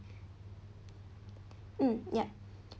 hmm yup